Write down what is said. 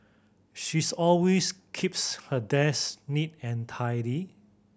she's always keeps her desk neat and tidy